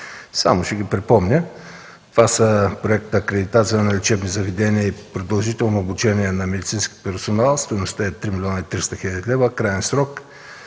Само ще ги припомня. Това са: Проектът „Акредитация на лечебни заведения и продължително обучение на медицински персонал”. Стойността е 3 млн. 300 хил. лв. Краен срок